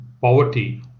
poverty